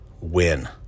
win